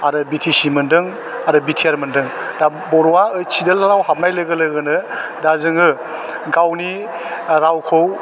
आरो बिटिसि मोनदों आरो बिटिआर मोनदों दा बर'आ ओइत सिडुलआव हाबनाय लोगो लोगोनो दा जोङो गावनि रावखौ